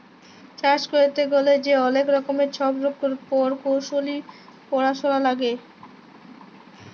চাষ ক্যইরতে গ্যালে যে অলেক রকমের ছব পরকৌশলি পরাশলা লাগে